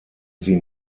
sie